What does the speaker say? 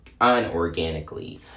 unorganically